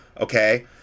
okay